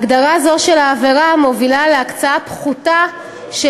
הגדרה זו של העבירה מובילה להקצאה פחותה של